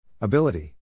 Ability